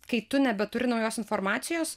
kai tu nebeturi naujos informacijos